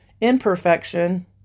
imperfection